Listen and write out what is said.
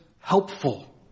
helpful